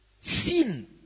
sin